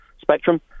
spectrum